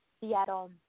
Seattle